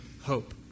hope